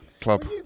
Club